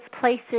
places